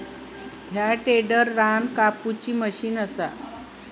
ह्या टेडर रान कापुची मशीन असा